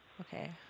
Okay